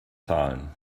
zahlen